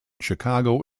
chicago